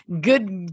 good